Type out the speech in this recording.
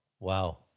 Wow